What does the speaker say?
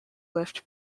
lift